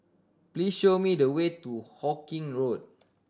please show me the way to Hawkinge Road